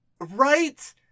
Right